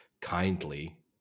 kindly